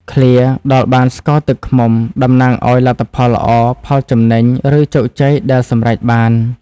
ឃ្លា «ដល់បានស្ករទឹកឃ្មុំ» តំណាងឱ្យលទ្ធផលល្អ ផលចំណេញ ឬជោគជ័យដែលសម្រេចបាន។